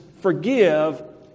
forgive